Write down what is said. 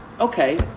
okay